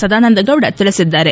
ಸದಾನಂದಗೌಡ ತಿಳಿಸಿದ್ದಾರೆ